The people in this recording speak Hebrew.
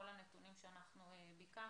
כל הנתונים שביקשנו